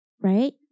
right